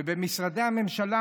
במשרדי הממשלה,